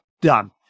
done